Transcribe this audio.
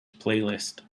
playlist